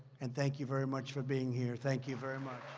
and thank you very much for being here. thank you very much.